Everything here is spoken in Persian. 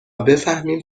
بفهمیم